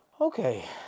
Okay